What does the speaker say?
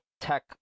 tech